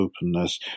openness